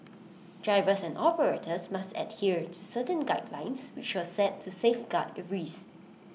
drivers and operators must adhere to certain guidelines which were set to safeguard the reefs